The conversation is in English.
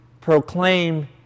proclaim